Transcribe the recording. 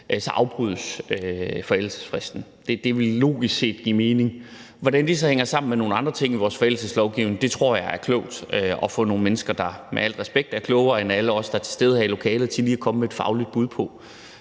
så afbrydes forældelsesfristen. Det ville logisk set give mening. Hvordan det så hænger sammen med nogle andre ting i vores forældelseslovgivning, tror jeg er klogt at få nogle mennesker, der – med al respekt – er klogere end alle os, der er til stede her i lokalet, til lige at komme med et fagligt bud på.